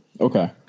Okay